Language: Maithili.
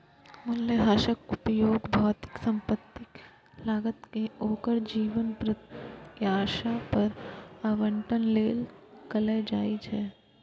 मूल्यह्रासक उपयोग भौतिक संपत्तिक लागत कें ओकर जीवन प्रत्याशा पर आवंटन लेल कैल जाइ छै